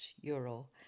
euro